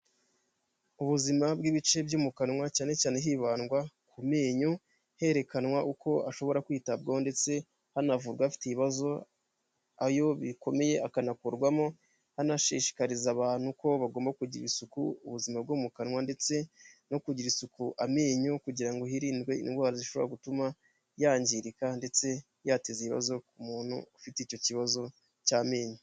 Ubuzima bw'ibice byo mu kanwa cyane cyane hibandwa ku menyo, herekanwa uko ashobora kwitabwaho ndetse hanavugwa afite ibibazo, ayo bikomeye akanakurwarwamo, hanashishikariza abantu ko bagomba kugirira isuku ubuzima bwo mu kanwa, ndetse no kugirira isuku amenyo kugira ngo hirindwe indwara zishobora gutuma yangirika, ndetse yateza ibibazo umuntu ufite icyo kibazo cy'amenyo.